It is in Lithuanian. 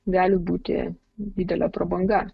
gali būti didelė prabanga